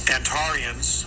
Antarians